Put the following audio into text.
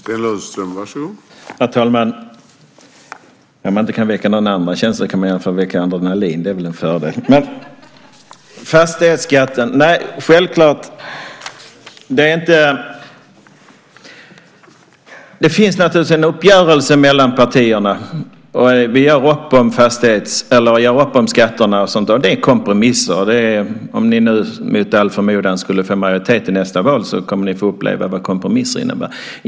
Herr talman! När man inte kan väcka några andra känslor kan man i alla fall få upp adrenalinet. Det är väl en fördel. När det gäller fastighetsskatten finns det naturligtvis en uppgörelse mellan partierna. Vi gör upp om skatterna. Det är kompromisser. Om ni mot all förmodan skulle få majoritet i nästa val kommer ni att få uppleva vad kompromisser innebär.